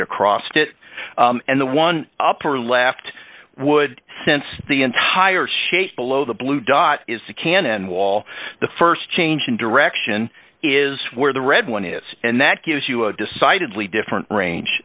it across it and the one upper left would sense the entire shape below the blue dot is the cannon wall the st change in direct sion is where the red one is and that gives you a decidedly different range